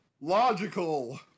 logical